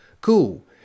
Cool